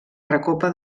recopa